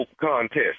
contest